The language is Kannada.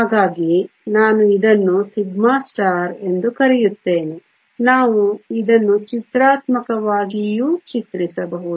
ಹಾಗಾಗಿ ನಾನು ಇದನ್ನು σಎಂದು ಕರೆಯುತ್ತೇನೆ ನಾವು ಇದನ್ನು ಚಿತ್ರಾತ್ಮಕವಾಗಿಯೂ ಚಿತ್ರಿಸಬಹುದು